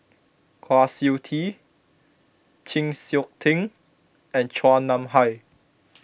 Kwa Siew Tee Chng Seok Tin and Chua Nam Hai